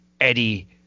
Eddie